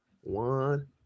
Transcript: one